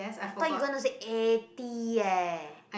I thought you gonna say eighty eh